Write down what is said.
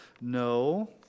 No